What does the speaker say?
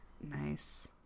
nice